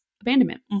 abandonment